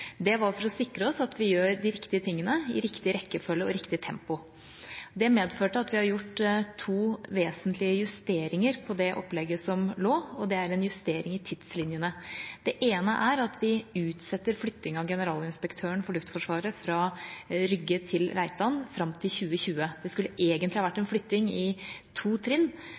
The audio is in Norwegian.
Det var for å sikre oss at vi gjør de riktige tingene i riktig rekkefølge og riktig tempo. Det medførte at vi har gjort to vesentlige justeringer på det opplegget som lå, og det er en justering i tidslinjene. Det ene er at vi utsetter flytting av Generalinspektøren for Luftforsvaret fra Rygge til Reitan til 2020. Det skulle egentlig ha vært en flytting i to trinn,